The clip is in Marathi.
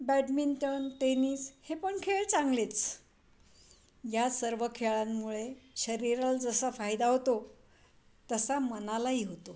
बॅडमिंटन टेनिस हे पण खेळ चांगलेच या सर्व खेळांमुळे शरीराला जसा फायदा होतो तसा मनालाही होतो